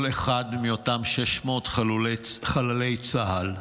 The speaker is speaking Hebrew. כל אחד מאותם 600 חללי צה"ל,